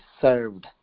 served